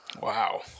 Wow